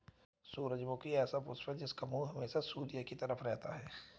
सूरजमुखी ऐसा पुष्प है जिसका मुंह हमेशा सूर्य की तरफ रहता है